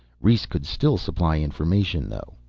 rhes could still supply information though.